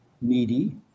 needy